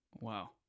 Wow